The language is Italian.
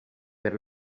per